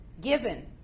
given